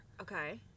Okay